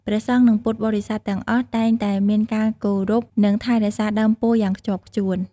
ព្រះសង្ឃនិងពុទ្ធបរិស័ទទាំងអស់តែងតែមានការគោរពនិងថែរក្សាដើមពោធិ៍យ៉ាងខ្ជាប់ខ្ជួន។